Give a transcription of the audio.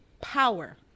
power